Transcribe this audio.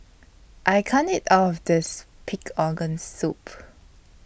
I can't eat All of This Pig Organ Soup